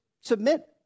submit